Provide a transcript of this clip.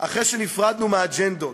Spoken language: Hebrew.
אחרי שנפרדנו מהאג'נדות,